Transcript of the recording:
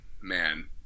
Man